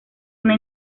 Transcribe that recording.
una